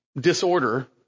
disorder